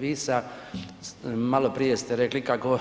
Vi sa, maloprije ste rekli kako